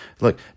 Look